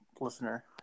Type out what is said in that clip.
listener